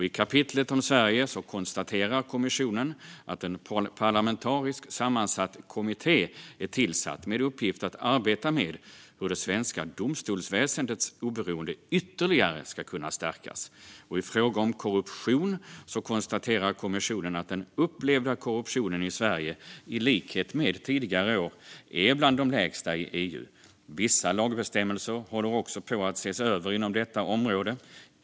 I kapitlet om Sverige konstaterar kommissionen att en parlamentariskt sammansatt kommitté är tillsatt med uppgift att arbeta med hur det svenska domstolsväsendets oberoende ytterligare ska kunna stärkas, och i fråga om korruption konstaterar kommissionen att den upplevda korruptionen i Sverige, i likhet med tidigare år, är bland de lägsta i EU. Vissa lagbestämmelser håller också på att ses över inom detta område.